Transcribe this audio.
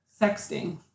sexting